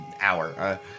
hour